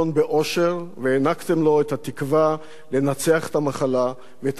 לו את התקווה לנצח את המחלה ואת הכוח להילחם בה.